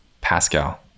pascal